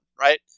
right